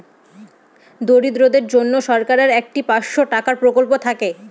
দরিদ্রদের জন্য সরকারের একটি পাঁচশো টাকার প্রকল্প থাকে